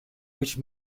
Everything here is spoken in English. which